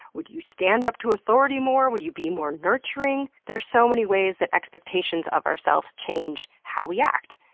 would you stand up to authority more? would you be more nurturing? there's so many ways that expectations of ourselves change how we act.